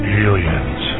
aliens